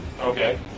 Okay